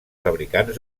fabricants